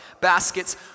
Baskets